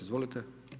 Izvolite.